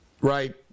right